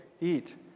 eat